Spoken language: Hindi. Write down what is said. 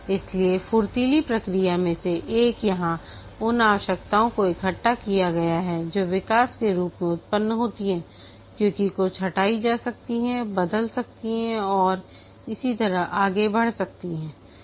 इसलिए फुर्तीली प्रक्रियाओं में से एक यहां उन आवश्यकताओं को इकट्ठा किया गया है जो विकास के रूप में उत्पन्न होती हैं क्योंकि कुछ हटाई जा सकती हैं बदल सकती हैं और इसी तरह आगे बढ़ सकती हैं